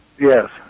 Yes